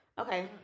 Okay